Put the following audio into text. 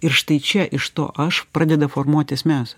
ir štai čia iš to aš pradeda formuotis mes